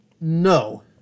No